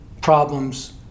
problems